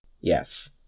Yes